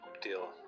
deal